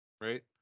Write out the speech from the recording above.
Right